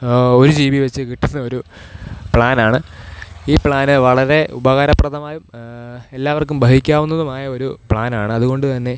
ആ ഒരു G B വെച്ച് കിട്ടുന്നൊരു പ്ലാനാണ് ഈ പ്ലാൻ വളരെ ഉപകാരപ്രദമായും എല്ലാവർക്കും വഹിക്കാവുന്നതുമായൊരു പ്ലാനാണ് അതു കൊണ്ടു തന്നെ